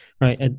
right